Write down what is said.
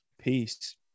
Peace